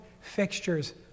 fixtures